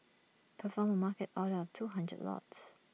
perform A market order of two hundred lots